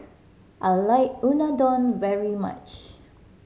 I like Unadon very much